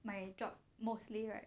my job mostly right